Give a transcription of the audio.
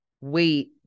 wait